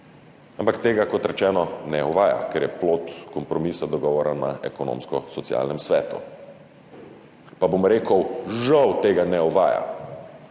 ampak tega, kot rečeno, ne uvaja, ker je plod kompromisa, dogovora na Ekonomsko-socialnem svetu. Pa bom rekel, da tega žal ne uvaja.